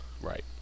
Right